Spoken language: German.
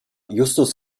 justus